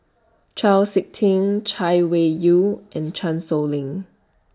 Chau Sik Ting Chay Weng Yew and Chan Sow Lin